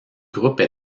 groupes